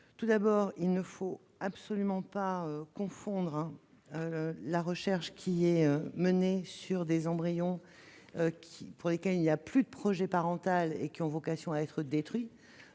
Tout d'abord, il ne faut absolument pas confondre la recherche menée sur des embryons, pour lesquels il n'y a plus de projet parental et qui ont vocation à être détruits,